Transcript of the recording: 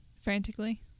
Frantically